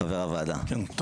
חבר הוועדה, הרב רוט, בבקשה.